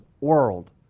world